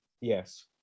Yes